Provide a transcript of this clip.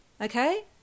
Okay